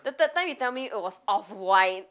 the third time you tell me it was off-white